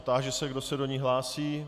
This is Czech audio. Táži se, kdo se do ní hlásí.